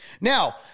now